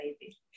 baby